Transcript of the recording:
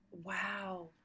Wow